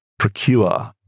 Procure